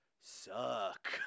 suck